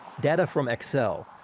data from xcel,